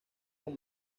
con